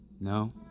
No